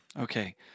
Okay